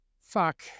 fuck